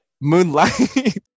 Moonlight